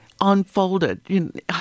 unfolded